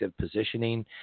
positioning